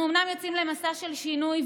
אנחנו אומנם יוצאים למסע של שינוי,